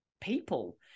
people